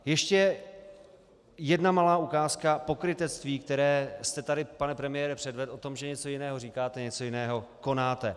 Ještě jedna malá ukázka pokrytectví, které jste tady, pane premiére, předvedl o tom, že něco jiného říkáte a něco jiného konáte.